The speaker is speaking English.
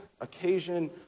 occasion